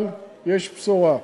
אבל יש בשורה: